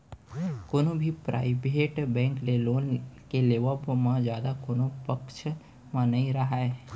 कोनो भी private bank ले लोन के लेवब म जादा कोनो पक्छ म नइ राहय